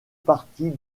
partie